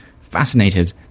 fascinated